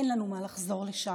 אין לנו מה לחזור לשם.